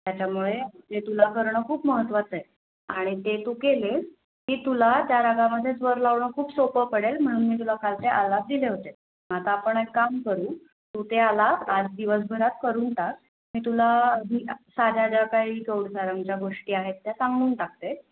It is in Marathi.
त्याच्यामुळे ते तुला करणं खूप महत्त्वाचं आहे आणि ते तू केले की तुला त्या रागामध्ये स्वर लावणं खूप सोपं पडेल म्हणून मी तुला काल ते आलाप दिले होते आता आपण एक काम करू तू ते आलाप आज दिवसभरात करून टाक मी तुला आधी साध्या ज्या काही गौड सारंगच्या गोष्टी आहेत त्या सांगून टाकते